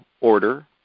order